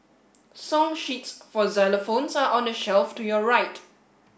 song sheets for xylophones are on the shelf to your right